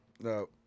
No